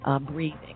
breathing